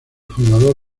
fundador